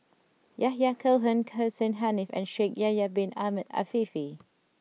Yahya Cohen Hussein Haniff and Shaikh Yahya bin Ahmed Afifi